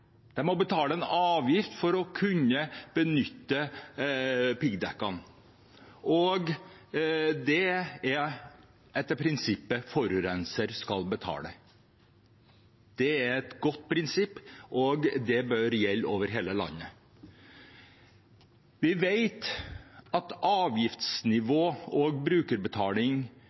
må betale en avgift for å kunne benytte piggdekk. Det er etter prinsippet om at forurenser skal betale. Det er et godt prinsipp, og det bør gjelde over hele landet. Vi vet at avgiftsnivå og brukerbetaling